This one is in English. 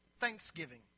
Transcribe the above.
thanksgiving